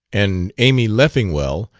and amy leffingwell,